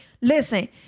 listen